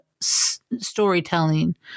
storytelling